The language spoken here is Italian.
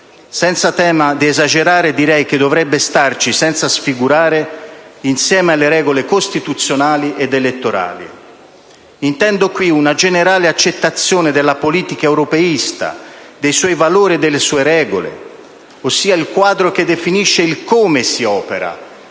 Senza tema di esagerare, direi che dovrebbe stare, senza sfigurare, insieme alle regole costituzionali ed elettorali. Intendo in questo caso una generale accettazione della politica europeista, dei suoi valori e delle sue regole, ossia il quadro che definisce il «come» si opera,